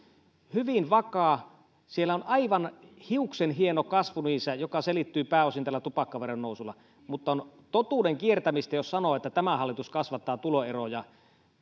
hyvin vakaita siellä on aivan hiuksenhieno kasvu niissä ja se selittyy pääosin tällä tupakkaveron nousulla mutta on totuuden kiertämistä jos sanoo että tämä hallitus kasvattaa tuloeroja